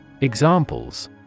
Examples